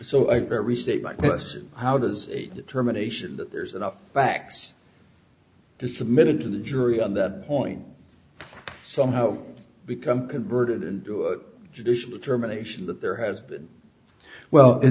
question how does a determination that there's enough facts to submitted to the jury on that point somehow become converted into a judicial determination that there has been well i